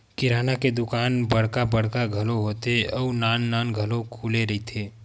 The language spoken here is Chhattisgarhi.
किराना के दुकान बड़का बड़का घलो होथे अउ नान नान घलो खुले रहिथे